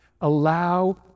allow